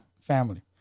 family